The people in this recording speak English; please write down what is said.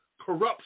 corruption